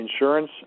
insurance